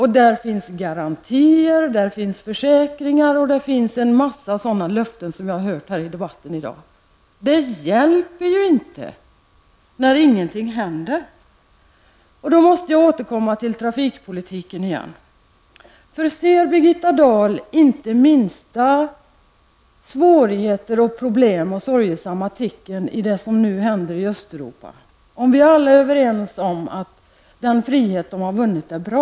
Där finns garantier, försäkringar och en mängd sådana löften som vi har hört i debatten i dag. Det hjälper ju inte när ingenting händer! Jag måste återkomma till trafikpolitiken. Ser Birgitta Dahl inte minsta svårigheter, problem och sorgesamma tecken i det som nu händer i Östeuropa? Vi är alla överens om att den frihet de har funnit är bra.